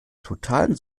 totalen